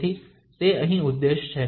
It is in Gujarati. તેથી તે અહીં ઉદ્દેશ છે